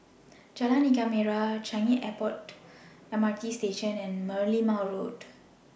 Jalan Ikan Merah Changi Airport M R T Station and Merlimau Road